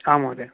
आं महोदय